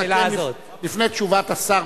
לפני תשובת השר,